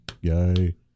yay